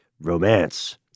romance